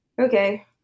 okay